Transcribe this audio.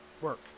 Work